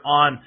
on